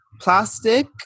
plastic